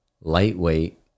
lightweight